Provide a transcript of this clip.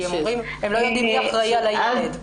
הם אומרים שהם לא יודעים מי אחראי על הילד.